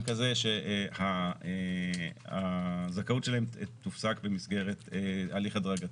כזה שהזכאות שלהם תופסק במסגרת הליך הדרגתי.